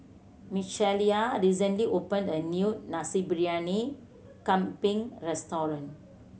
Micaela recently opened a new Nasi Briyani Kambing restaurant